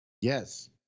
Yes